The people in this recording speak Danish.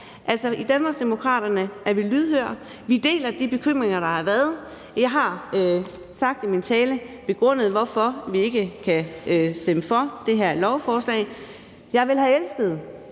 være. I Danmarksdemokraterne er vi lydhøre. Vi deler de bekymringer, der har været, og jeg har begrundet i min tale, hvorfor vi ikke kan stemme for det her lovforslag. Jeg ville have elsket